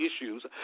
issues